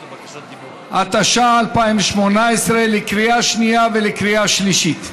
התשע"ח 2018, לקריאה השנייה ולקריאה השלישית.